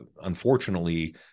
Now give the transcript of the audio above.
unfortunately